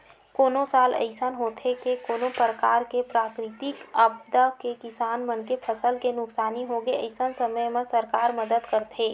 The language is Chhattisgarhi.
कोनो साल अइसन होथे के कोनो परकार ले प्राकृतिक आपदा ले किसान मन के फसल के नुकसानी होगे अइसन समे म सरकार मदद करथे